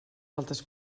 faltes